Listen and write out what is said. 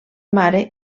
mare